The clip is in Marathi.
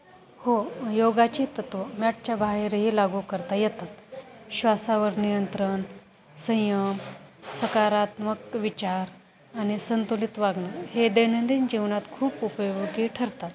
हो योगाचे तत्व मॅटच्या बाहेरही लागू करता येतात श्वासावर नियंत्रण संयम सकारात्मक विचार आणि संतुलित वागणं हे दैनंदिन जीवनात खूप उपयोगी ठरतात